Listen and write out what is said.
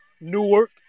Newark